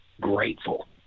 grateful